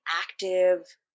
active